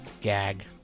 gag